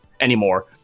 anymore